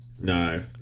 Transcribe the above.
No